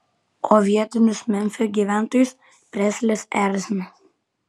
o vietinius memfio gyventojus preslis erzina